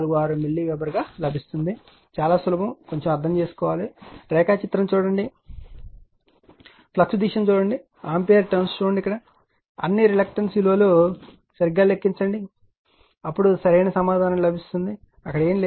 646 milliweber అవుతుంది చాలా సులభం ఇది కొంచెం అర్థం చేసుకోవాలి సర్క్యూట్ రేఖాచిత్రం చూడండి ఫ్లక్స్ దిశను చూడండి ఆంపియర్ టర్న్స్ చూడండి మరియు అన్ని రిలక్టన్స్ విలువ కొలతలు సరిగ్గా లెక్కించండి మరియు అప్పుడు సరైన సమాధానం లభిస్తుంది అక్కడ ఏమీ లేదు